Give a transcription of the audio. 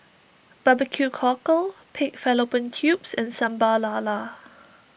Barbecue Cockle Pig Fallopian Tubes and Sambal Lala